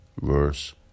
verse